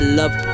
love